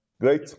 Great